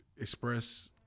express